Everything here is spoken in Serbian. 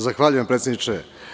Zahvaljujem predsedniče.